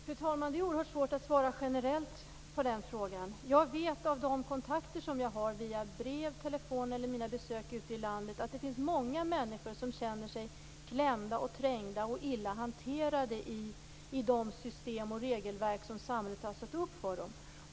Fru talman! Det är oerhört svårt att svara generellt på den frågan. Jag vet utifrån de kontakter jag har via brev, telefon och besök ute i landet att det finns många människor som känner sig klämda, trängda och illa hanterade i de system och regelverk som samhället har satt upp för dem.